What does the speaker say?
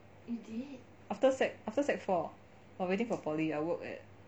after sec after sec four while waiting for poly I work at